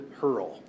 hurl